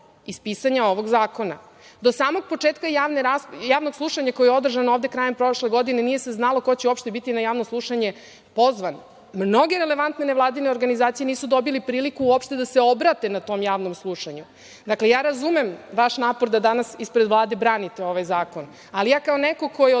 iz pisanja ovog zakona. Do samog početka javnog slušanja koje je održano ovde krajem prošle godine, nije se znalo ko će uopšte biti pozvan na javno slušanje. Mnoge relevantne nevladine organizacije nisu dobile priliku uopšte da se obrate na tom javnom slušanju. Dakle, razumem vaš napor da danas ispred Vlade branite ovaj zakon, ali ja kao neko ko je od